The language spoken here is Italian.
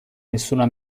nessuna